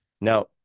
Now